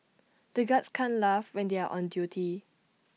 the guards can't laugh when they are on duty